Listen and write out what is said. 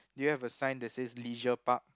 do you have a sign that says leisure park